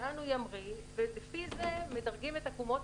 לאן הוא ימריא ולפי זה מדרגים את עקומות